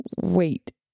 Wait